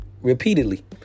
repeatedly